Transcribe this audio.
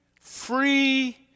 free